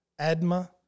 Adma